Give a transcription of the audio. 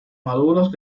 maduros